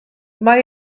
mae